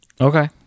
Okay